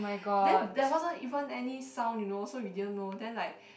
then there wasn't even any sound you know so we didn't know then like